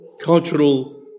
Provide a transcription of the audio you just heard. cultural